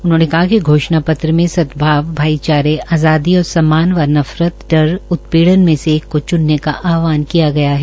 उन्होने कहा कि घोषणा पत्र में सदभाव भाईचारे आज़ादी और सम्मान व नफरत डर उत्पीड़न में से एक को च्नने का आहवान किया गया है